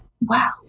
Wow